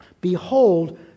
Behold